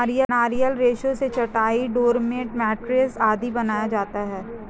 नारियल रेशा से चटाई, डोरमेट, मैटरेस आदि बनाया जाता है